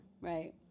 Right